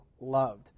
loved